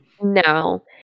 No